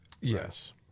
Yes